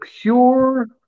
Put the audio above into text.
pure